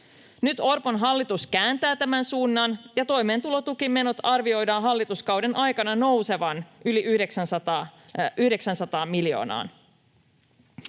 Nyt Orpon hallitus kääntää tämän suunnan ja toimeentulotukimenojen arvioidaan hallituskauden aikana nousevan yli 900 miljoonaan.